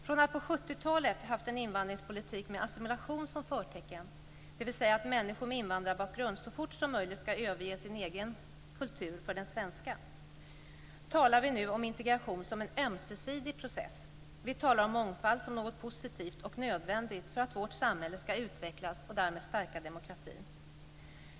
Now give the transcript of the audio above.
Från att på 70-talet ha haft en invandringspolitik med assimilation som förtecken, dvs. att människor med invandrarbakgrund så fort som möjligt ska överge sin egen kultur för den svenska, talar vi nu om integration som en ömsesidig process. Vi talar om mångfald som något positivt och nödvändigt för att vårt samhälle ska utvecklas och därmed stärka demokratin.